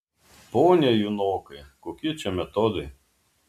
pone junokai kokie čia metodai